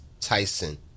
Tyson